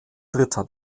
dritter